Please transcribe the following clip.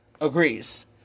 agrees